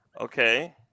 Okay